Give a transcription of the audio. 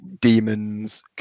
demons